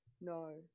No